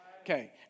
Okay